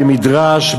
במדרש,